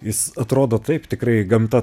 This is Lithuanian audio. jis atrodo taip tikrai gamta